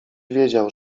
wiedział